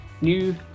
new